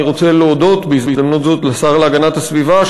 אני רוצה להודות בהזדמנות הזאת לשר להגנת הסביבה,